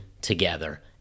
together